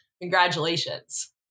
Congratulations